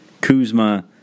Kuzma